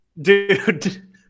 Dude